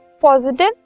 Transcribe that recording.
positive